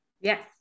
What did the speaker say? Yes